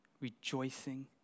rejoicing